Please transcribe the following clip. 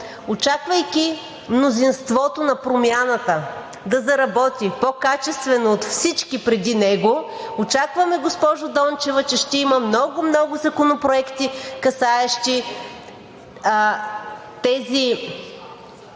очаквайки мнозинството на промяната да заработи по-качествено от всички преди него, очакваме, госпожо Дончева, че ще има много, много законопроекти, касаещи тези